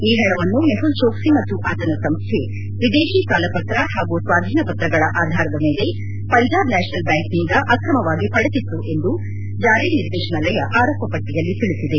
ಈ ಹಣವನ್ನು ಮೆಹುಲ್ ಜೋಕ್ಷಿ ಮತ್ತು ಆತನ ಸಂಸ್ಥೆ ವಿದೇಶಿ ಸಾಲಪತ್ರ ಹಾಗೂ ಸ್ವಾಧೀನಪತ್ರಗಳ ಆಧಾರದ ಮೇಲೆ ಪಂಜಾಬ್ ನ್ಲಾಷನಲ್ ಬ್ಲಾಂಕ್ನಿಂದ ಆಕ್ರಮವಾಗಿ ಪಡೆದಿತ್ತು ಎಂದು ಜಾರಿ ನಿರ್ದೇಶನಾಲಯ ಆರೋಪಿ ಪಟ್ಟಿಯಲ್ಲಿ ತಿಳಿಸಿದೆ